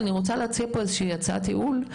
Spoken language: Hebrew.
אני רוצה לתת הצעת ייעול,